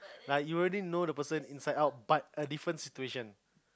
like you already know the person inside out but a different situation